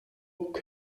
und